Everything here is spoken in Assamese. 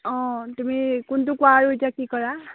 অঁ তুমি কোনটো কোৱা আৰু এতিয়া কি কৰা